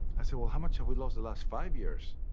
i said well how much have we lost the last five years?